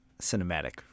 cinematic